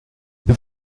the